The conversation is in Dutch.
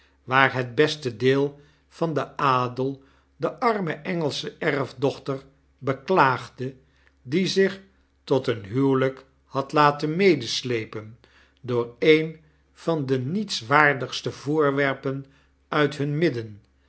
waar het beste deel van den adel de arme engelsche erfdochter beklaagde die zich tot een huwelyk had laten inedeslepen door een van de nietswaardigste voorwerpen uit hun midden